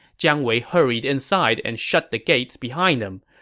jiang wei hurried inside and shut the gates behind him.